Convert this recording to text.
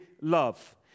love